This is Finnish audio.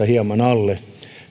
hieman alle